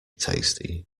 tasty